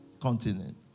continent